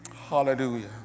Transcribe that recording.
Hallelujah